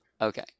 Okay